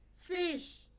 fish